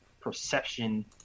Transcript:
perception